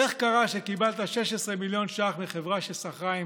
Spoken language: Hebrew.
איך קרה שקיבלת 16 מיליון ש"ח מחברה שסחרה עם